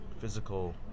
physical